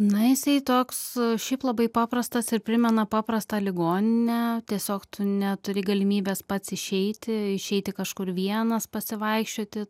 na jisai toks šiaip labai paprastas ir primena paprastą ligoninę tiesiog tu neturi galimybės pats išeiti išeiti kažkur vienas pasivaikščioti